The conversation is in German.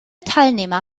teilnehmer